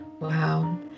Wow